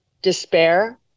despair